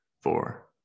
four